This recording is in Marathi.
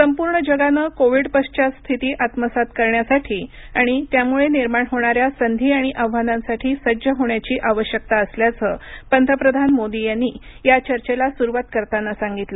संपूर्ण जगानं कोविड पश्वात स्थिती आत्मसात करण्यासाठी आणि त्यामुळे निर्माण होणाऱ्या संधी आणि आव्हानांसाठी सज्ज होण्याची आवश्यकता असल्याचं पंतप्रधान मोदी यांनी या चर्चेला सुरुवात करताना सांगितलं